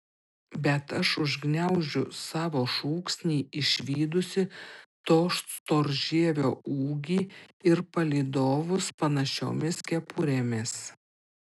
bet aš užgniaužiu savo šūksnį išvydusi to storžievio ūgį ir palydovus panašiomis kepurėmis